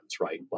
right